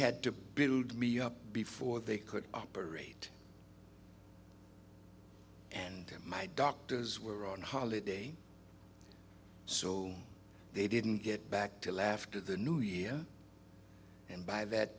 had to build me up before they could operate and my doctors were on holiday so they didn't get back to laughter the new year and by that